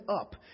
up